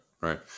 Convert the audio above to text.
right